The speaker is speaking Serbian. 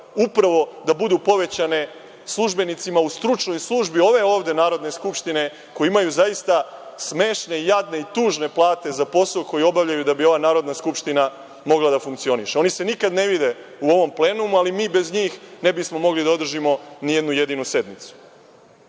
upravo da budu povećane službenicima u stručnoj službi ove ovde Narodne skupštine koji imaju zaista smešne, jadne i tužne plate za posao koji obavljaju da bi ova Narodna skupština mogla da funkcioniše. Oni se nikad ne vide u ovom plenumu, ali mi bez njih ne bismo mogli da održimo ni jednu jedinu sednicu. Konačno,